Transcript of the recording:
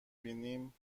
بینیم